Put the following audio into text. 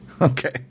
Okay